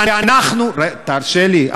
ואנחנו, תרשה לי.